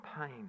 pain